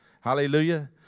Hallelujah